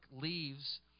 leaves